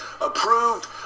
approved